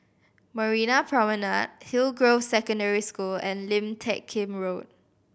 Marina Promenade Hillgrove Secondary School and Lim Teck Kim Road